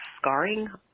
scarring